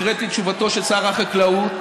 הקראתי את תשובתו של שר החקלאות,